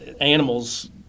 animals